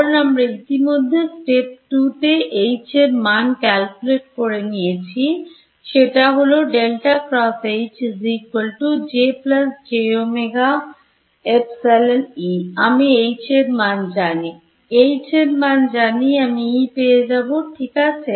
কারণ আমরা ইতিমধ্যে step 2 তে H এর মান calculate করে নিয়েছি সেটা হল আমি H এরমান জানিJ এর মান জানি আমি E পেয়ে যাব ঠিক আছে